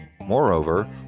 Moreover